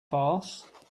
farce